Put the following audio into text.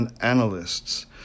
analysts